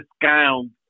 discount